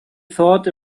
thought